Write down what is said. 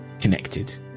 connected